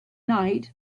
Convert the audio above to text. night